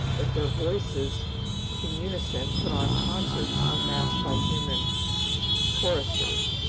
that their voices in unison put on concerts unmatched by human choristers.